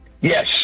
Yes